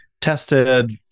tested